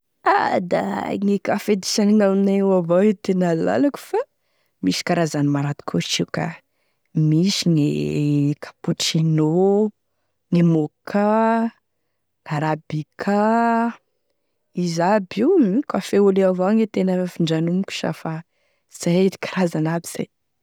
A da gne kafe disanigny aminay ao avao e tena lalako fa misy karazany maro atokotry io ka misy gne capuccino, gne mocha, arabica, izy aby io a kafe au lait avao gne tena findranomiko sha, zay karazany aby zay.